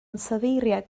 ansoddeiriau